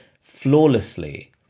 flawlessly